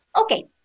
Okay